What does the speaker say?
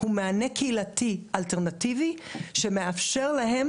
הוא מענה קהילתי אלטרנטיבי שמאפשר להם